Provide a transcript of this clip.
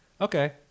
okay